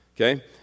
Okay